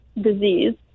disease